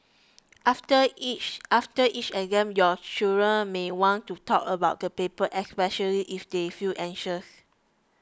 after each after each exam your children may want to talk about the paper especially if they feel anxious